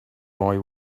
boy